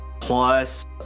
plus